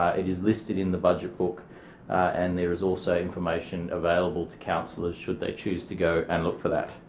it is listed in the budget book and there is also information available to councillors should they choose to go and look for that.